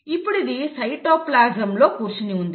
ఇప్పుడు ఇది సైటోప్లాజంలో లో కూర్చుని ఉంది